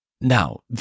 Now